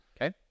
Okay